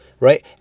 Right